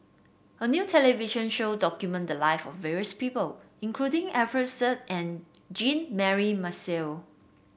a new television show documented the live of various people including Alfian Sa'at and Jean Mary Marshall